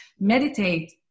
meditate